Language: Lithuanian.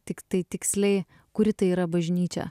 tiktai tiksliai kuri tai yra bažnyčia